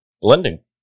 Blending